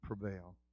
prevail